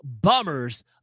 bummers